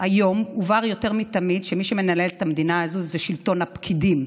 היום הובהר יותר מתמיד שמי שמנהל את המדינה הזאת זה שלטון הפקידים.